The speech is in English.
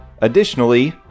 Additionally